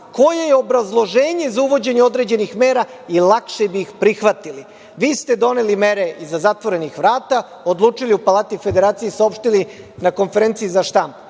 koje je obrazloženje za uvođenje određenih mera i lakše bismo ih prihvatili. Vi ste doneli mere iza zatvorenih vrata, odlučili u Palati Federacije i saopštili na konferenciji za štampu.